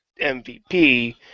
MVP